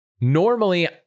Normally